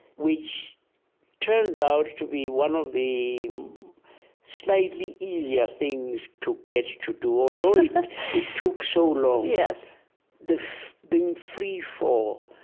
which turns out to be one of the slightly easier things to get to do, although it took so long yes the being free for,